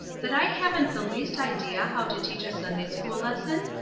that i haven't the least idea how to teach a sunday-school lesson?